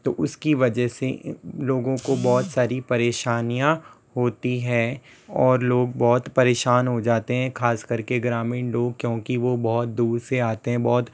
तो उसकी वजह से लोगों को बहुत सारी परेशानियाँ होती है और लोग बहुत परेशान हो जाते हैं ख़ास कर के ग्रामीण लोग क्योंकि वो बहुत दूर से आते हैं बहुत